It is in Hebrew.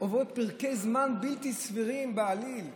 עוברים פרקי זמן בלתי סבירים בעליל,